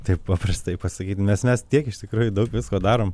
taip paprastai pasakyt nes mes tiek iš tikrųjų daug visko darom